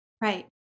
Right